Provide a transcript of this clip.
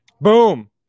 Boom